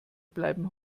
bleiben